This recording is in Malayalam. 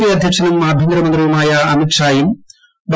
പി അധ്യക്ഷനും ആഭ്യന്തര മന്ത്രിയുമായ അമിത്ഷായും ഡോ